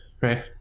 right